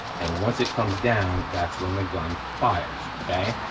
and once it comes down that's when the gun fires, okay?